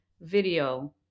video